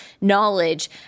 knowledge